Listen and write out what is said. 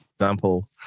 example